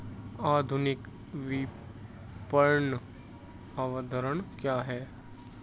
आधुनिक विपणन अवधारणा क्या है?